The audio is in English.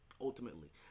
ultimately